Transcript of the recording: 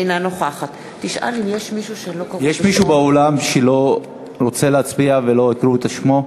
אינה נוכחת יש מישהו באולם שרוצה להצביע ולא הקריאו את שמו?